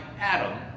Adam